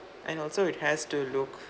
and also it has to look